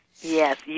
Yes